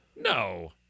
No